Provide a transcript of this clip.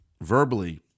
verbally